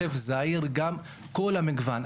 גם רכב זעיר, כל המגוון.